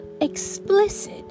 explicit